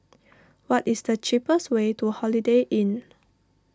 what is the cheapest way to Holiday Inn